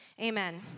Amen